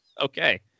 Okay